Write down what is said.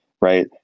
right